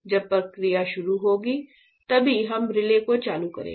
जब प्रक्रिया शुरू होगी तभी हम रिले को चालू करेंगे